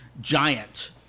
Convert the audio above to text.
giant